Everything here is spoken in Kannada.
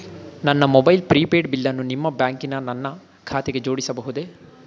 ನನ್ನ ಮೊಬೈಲ್ ಪ್ರಿಪೇಡ್ ಬಿಲ್ಲನ್ನು ನಿಮ್ಮ ಬ್ಯಾಂಕಿನ ನನ್ನ ಖಾತೆಗೆ ಜೋಡಿಸಬಹುದೇ?